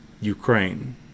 Ukraine